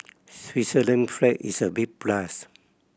Switzerland flag is a big plus